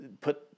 put